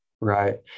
right